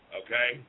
okay